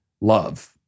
love